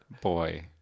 boy